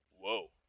whoa